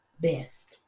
best